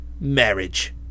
Marriage